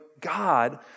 God